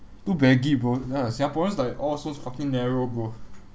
too baggy bro ya singaporeans like all so fucking narrow bro